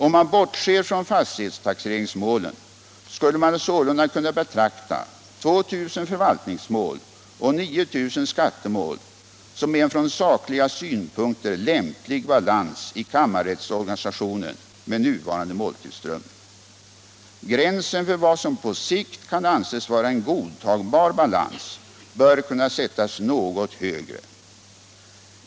Om man bortser från fastighetstaxeringsmålen skulle man således kunna betrakta 2 000 förvaltningsmål och 9 000 skattemål som en från sakliga synpunkter lämplig balans i kammarrättsorganisationen med nuvarande Kammarrättsorganisationen Kammarrättsorga nisationen måltillströmning. Gränsen för vad som på sikt kan anses vara en godtagbar balans bör kunna sättas något högre.